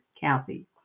Kathy